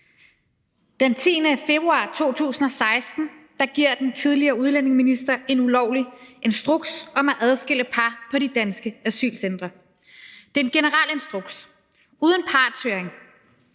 Den 10. februar 2016 giver den tidligere udlændinge- og integrationsminister en ulovlig instruks om at adskille par på de danske asylcentre. Det er en generel instruks uden partshøring,